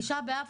תשעה באב,